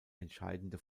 entscheidende